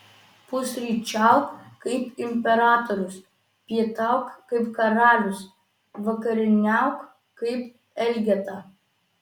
pusryčiauk kaip imperatorius pietauk kaip karalius vakarieniauk kaip elgeta